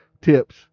tips